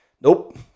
Nope